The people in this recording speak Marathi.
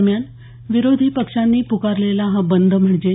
दरम्यान विरोधी पक्षांनी पुकारलेला हा बंद म्हणजे